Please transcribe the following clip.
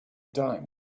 dime